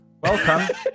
Welcome